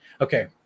Okay